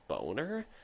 boner